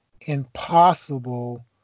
impossible